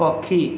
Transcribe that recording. ପକ୍ଷୀ